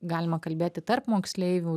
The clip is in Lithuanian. galima kalbėti tarp moksleivių